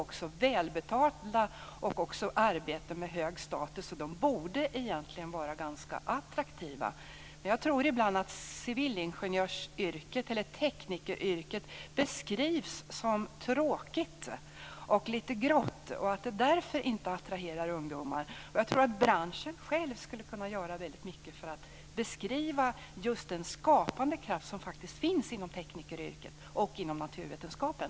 Det är välbetalda jobb, med hög status. De borde egentligen vara ganska attraktiva. Men teknikeryrket beskrivs ibland som tråkigt och lite grått, och det kanske är därför som det inte attraherar ungdomar. Jag tror att branschen själv skulle kunna göra mycket för att beskriva just den skapande kraft som finns inom teknikeryrket och inom naturvetenskapen.